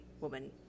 woman